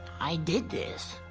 i did this.